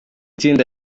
tsinda